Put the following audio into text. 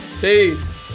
Peace